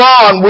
on